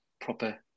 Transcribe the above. proper